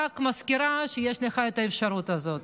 רק מזכירה שיש לך את האפשרות הזאת.